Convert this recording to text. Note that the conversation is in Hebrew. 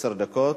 עשר דקות.